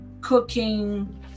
cooking